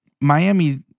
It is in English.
Miami